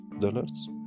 dollars